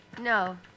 No